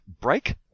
break